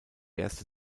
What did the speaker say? erste